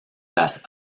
las